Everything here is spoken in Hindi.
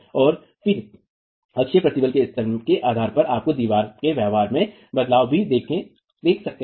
और फिर अक्षीय प्रतिबल के स्तर के आधार पर आप दीवार के व्यवहार में बदलाव भी देख सकते हैं